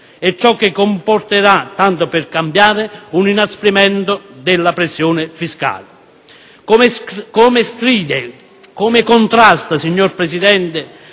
Ciò comporterà, tanto per cambiare, un inasprimento della pressione fiscale. Come stride, come contrasta, signor Presidente,